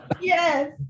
Yes